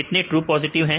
कितने true positive है